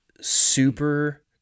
super